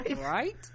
Right